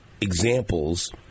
examples